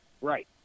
right